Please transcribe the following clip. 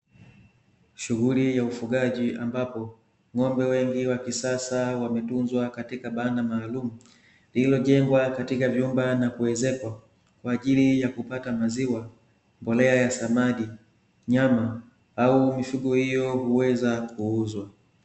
Shughuli ya ufugaji ambapo ng’ombe wengi wa kisasa wametunzwa katika banda maalum iliyojengwa katika vyumba na kuezekwa kwa ajili ya kupata maziwa, mbolea ya samadi, nyama au mifugo hiyo huweza kuuzwa.